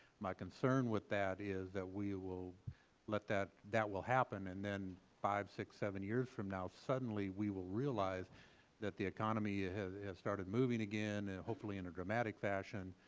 my concern with that is that we will let that that will happen, and then five, six, seven years from now, suddenly we will realize that the economy has has started moving again, and hopefully in a dramatic fashion,